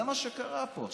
זה מה שקרה פה.